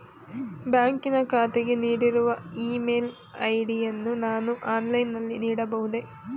ಬ್ಯಾಂಕಿನ ಖಾತೆಗೆ ನೀಡಿರುವ ಇ ಮೇಲ್ ಐ.ಡಿ ಯನ್ನು ನಾನು ಆನ್ಲೈನ್ ನಲ್ಲಿ ನೀಡಬಹುದೇ?